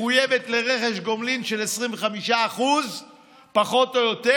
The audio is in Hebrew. מחויבת לרכש גומלין של 25% פחות או יותר,